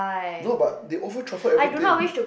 no but they over truffle everything